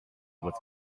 with